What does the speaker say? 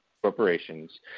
corporations